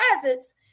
presence